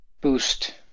boost